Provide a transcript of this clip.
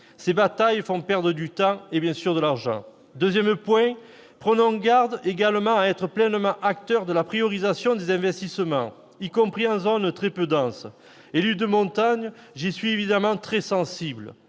Ces batailles font perdre du temps et de l'argent. Deuxième point : veillons à être pleinement acteurs de la priorisation des investissements, y compris en zones très peu denses. Élu de montagne, j'y suis évidemment très sensible.